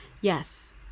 yes